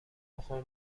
بخور